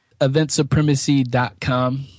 Eventsupremacy.com